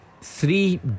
Three